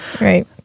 Right